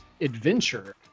adventure